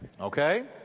okay